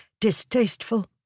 distasteful